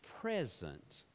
present